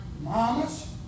Mamas